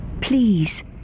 Please